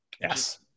yes